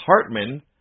Hartman